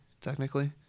technically